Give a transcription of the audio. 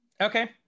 Okay